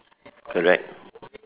correct